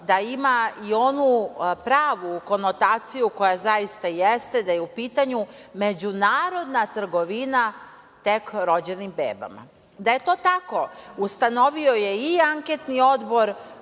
da ima i onu pravu konotaciju koja zaista i jeste, da je u pitanju međunarodna trgovina tek rođenim bebama. Da je to tako, ustanovio je i Anketni odbor